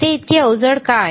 ते इतके अवजड का आहे